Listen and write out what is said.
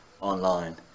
online